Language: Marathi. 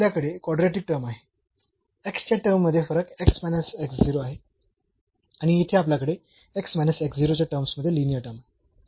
तर आपल्याकडे कॉड्रॅटिक टर्म आहे च्या टर्म्स मध्ये फरक आहे आणि येथे आपल्याकडे च्या टर्म्स मध्ये लिनीअर टर्म आहे